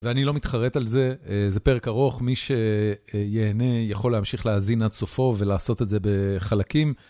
ואני לא מתחרט על זה, זה פרק ארוך, מי שיהנה יכול להמשיך להזין עד סופו ולעשות את זה בחלקים.